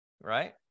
right